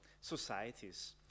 societies